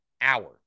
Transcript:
hour